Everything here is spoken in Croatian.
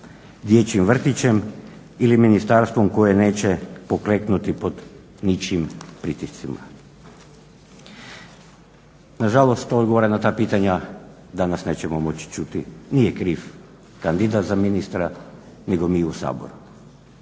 dječjim vrtićem ili ministarstvom koje neće pokleknuti pod ničijim pritiscima. Nažalost, odgovore na ta pitanja danas nećemo moći čuti. Nije kriv kandidat za ministra nego mi u Saboru.